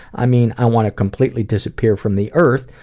i mean i want to completely disappear from the earth,